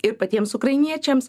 ir patiems ukrainiečiams